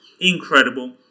incredible